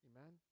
Amen